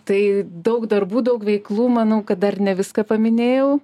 tai daug darbų daug veiklų manau kad dar ne viską paminėjau